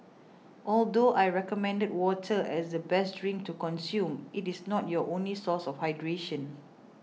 although I recommend water as the best drink to consume it is not your only source of hydration